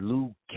Luke